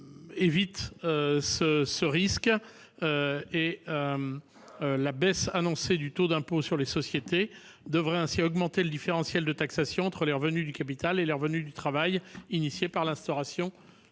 La baisse annoncée du taux d'impôt sur les sociétés devrait augmenter le différentiel de taxation entre les revenus du capital et les revenus du travail résultant de l'instauration